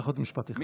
עוד אחד, לא, לא.